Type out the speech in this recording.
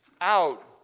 out